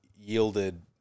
yielded